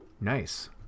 Nice